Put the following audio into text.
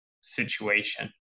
situation